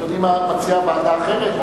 אדוני מציע ועדה אחרת?